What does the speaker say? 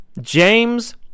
James